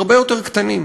הרבה יותר קטנים.